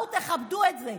תכבדו את זה.